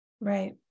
right